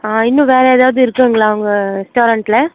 ஆ இன்னும் வேறே எதாவது இருக்குங்களா உங்க ரெஸ்டாரண்ட்டில்